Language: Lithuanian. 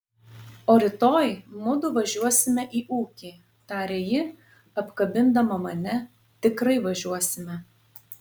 o rytoj mudu važiuosime į ūkį tarė ji apkabindama mane tikrai važiuosime